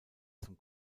zum